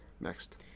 Next